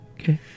Okay